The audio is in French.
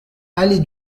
allée